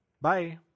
Bye